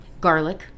Garlic